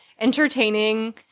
entertaining